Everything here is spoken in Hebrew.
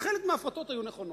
חלק מההפרטות היו נכונות.